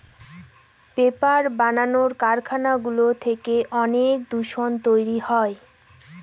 paper বানানোর কারখানাগুলো থেকে অনেক দূষণ তৈরী হয়